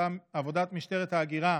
עבודת משטרת ההגירה